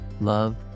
Love